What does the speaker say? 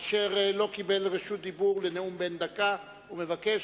אשר לא קיבל רשות דיבור לנאום בן דקה ומבקש,